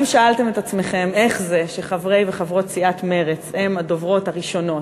אם שאלתם את עצמכם איך זה שחברי וחברות סיעת מרצ הם הדוברות הראשונות,